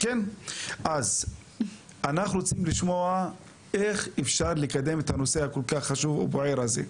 אז אנחנו רוצים לשמוע איך אפשר לקדם את הנושא הכול-כך חשוב ובוער הזה.